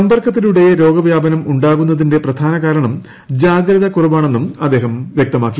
സമ്പർക്കത്തിലൂടെ രോഗവൃാപനം ഉണ്ടാകുന്നതിന്റെ പ്രധാന കാരണം ജാഗ്രത കുറവാണെന്നും അദ്ദേഹം വ്യക്തമാക്കി